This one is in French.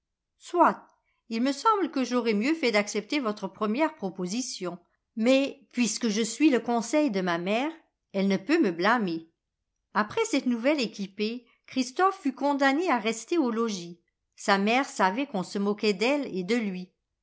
il me semble que j'aurais mieux fait d'accepter votre première proposition mais pui que je suis le conseil de ma mère elle ne peut me blâmer après cette nouvelle équipée clirisîophe fut condamné à rester au logis sa mère savait qu'on se moquait d'elle et de lui